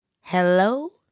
Hello